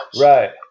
Right